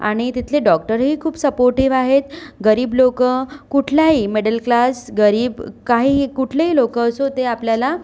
आणि तिथले डॉक्टरही खूप सपोर्टिव आहेत गरीब लोक कुठल्याही मिडलक्लास गरीब काहीही कुठलेही लोक असो ते आपल्याला